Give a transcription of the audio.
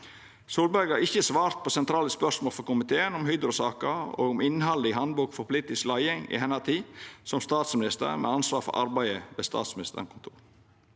Solberg har ikkje svart på sentrale spørsmål frå komiteen om Hydro-saka og om innhaldet i handbok for politisk leiing i hennar tid som statsminister med ansvar for arbeidet ved Statsministerens kontor.